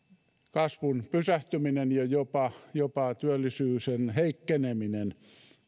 kasvun pysähtyminen ja jopa työllisyyden heikkeneminen